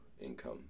income